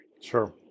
Sure